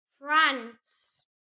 France